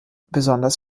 besonders